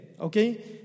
okay